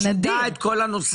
זה נדיר.